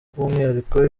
by’umwihariko